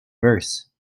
verse